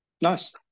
Nice